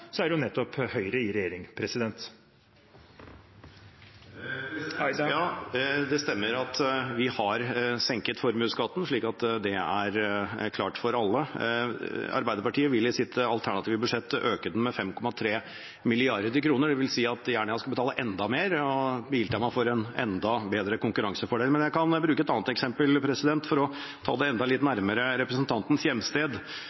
er det nettopp Høyre i regjering. Ja, det stemmer at vi har senket formuesskatten, slik at det er klart for alle. Arbeiderpartiet vil i sitt alternative budsjett øke den med 5,3 mrd. kr. Det vil si at Jernia skal betale enda mer, og Biltema får en enda bedre konkurransefordel. Men jeg kan bruke et annet eksempel for å ta det enda litt nærmere representantens hjemsted.